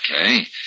Okay